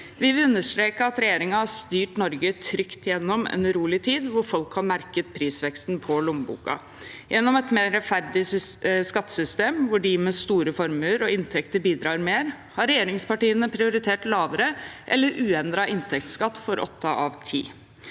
Vi vil understreke at regjeringen har styrt Norge trygt gjennom en urolig tid hvor folk har merket prisveksten på lommeboka. Gjennom et mer rettferdig skattesystem hvor de med store formuer og inntekter bidrar mer, har regjeringspartiene prioritert lavere eller uendret inntektsskatt for åtte av ti.